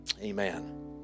Amen